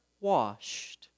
washed